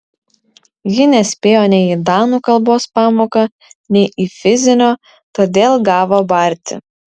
ji nespėjo nei į danų kalbos pamoką nei į fizinio todėl gavo barti